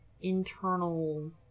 internal